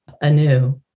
anew